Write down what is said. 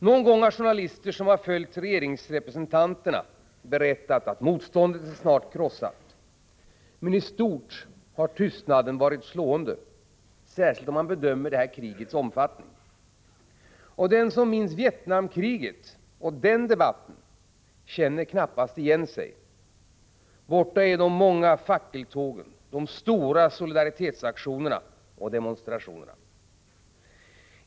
Någon gång har journalister Am Jaag Ar, som följt regeringsrepresentanterna berättat att motståndet snart är krossat, men i stort sett har tystnaden varit slående, särskilt om man bedömer det här krigets omfattning. Den som minns Vietnamkriget, och den debatten, känner knappast igen sig. Borta är de många fackeltågen, de stora solidaritetsaktionerna och demonstrationerna.